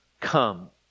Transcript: come